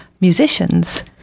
musicians